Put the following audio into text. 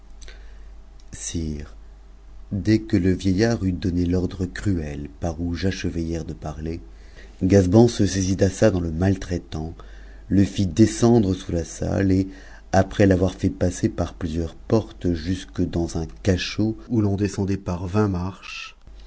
des que le vieillard eut donne l'ordre crue par où j'achevai hier de parler gazban se saisit d'assad en le maltraitant le fit descendre sous la salle et après l'avoir fait passer par plusieurs portes jusque dans un cachot où l'on descendait par vingt marches